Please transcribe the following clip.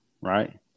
right